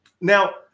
now